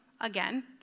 again